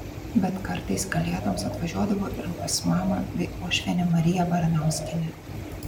bet kartais kalėdoms atvažiuodavo ir pas mamą bei uošvienę mariją baranauskienę